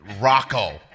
Rocco